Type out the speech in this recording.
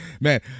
Man